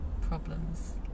problems